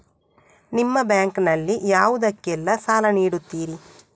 ನಿಮ್ಮ ಬ್ಯಾಂಕ್ ನಲ್ಲಿ ಯಾವುದೇಲ್ಲಕ್ಕೆ ಸಾಲ ನೀಡುತ್ತಿರಿ?